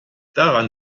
daran